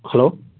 hello